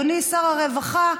אדוני שר הרווחה,